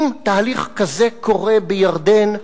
אם תהליך כזה קורה בירדן,